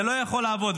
זה לא יכול לעבוד,